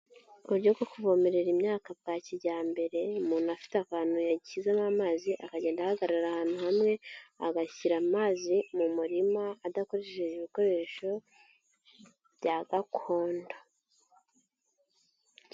Uburyo bwo kuvomerera imyaka bwa kijyambere, umuntu afite akantu yashyizemo amazi, akagenda ahagarara ahantu hamwe, agashyira amazi mu murima adakoresheje ibikoresho bya gakondo.